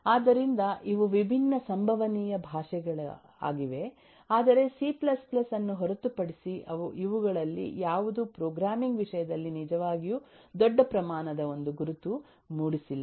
ಆದ್ದರಿಂದ ಇವು ವಿಭಿನ್ನಸಂಭವನೀಯಭಾಷೆಗಳಾಗಿವೆಆದರೆಸಿ C ಅನ್ನು ಹೊರತುಪಡಿಸಿ ಇವುಗಳಲ್ಲಿ ಯಾವುದೂಪ್ರೋಗ್ರಾಮಿಂಗ್ ವಿಷಯದಲ್ಲಿ ನಿಜವಾಗಿಯೂ ದೊಡ್ಡ ಪ್ರಮಾಣದ ಒಂದು ಗುರುತು ಮೂಡಿಸಿಲ್ಲ